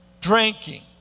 drinking